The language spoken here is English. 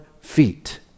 feet